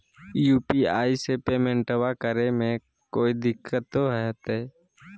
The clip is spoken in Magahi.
यू.पी.आई से पेमेंटबा करे मे कोइ दिकतो होते?